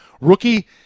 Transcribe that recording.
rookie